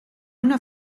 una